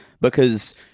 because-